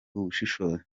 ubushobozi